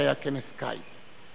שהיה כנס קיץ.